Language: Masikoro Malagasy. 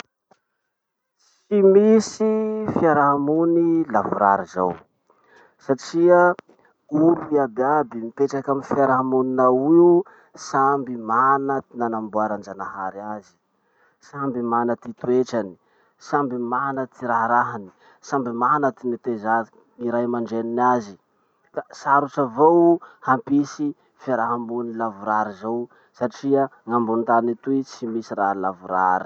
Tsy misy fiarahamony lavorary zao. Satria olo iaby iaby mipetraky amy fiarahamonina ao io samby mana ty nanamboaran-janahary azy, samby mana ty toetrany, samby mana ty raharahany, samby mana ty niteza ny ray aman-dreniny azy. Ka sarotsy avao hampisy fiarahamony lavorary zao, satria gn'ambony tany etoy tsy misy raha lavorary.